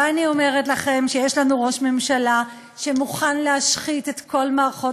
ואני אומרת לכם שיש לנו ראש ממשלה שמוכן להשחית את כל מערכות